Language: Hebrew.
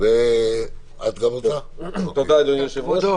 אדוני היושב-ראש,